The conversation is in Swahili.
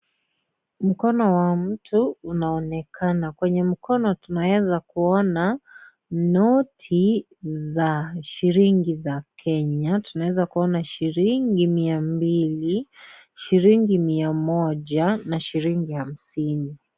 Mkono wa mtu unaonekana. Kwenye mkono, tunaweza kuona noti za shilingi za Kenya. Tunaweza kuona shilingi mia mbili, shilingi mia moja na shilingi hamsini.